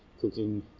Cooking